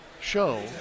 show